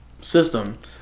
system